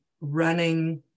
running